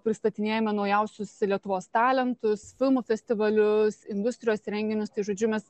pristatinėjame naujausius lietuvos talentus filmų festivalius industrijos renginiustai žodžiu mes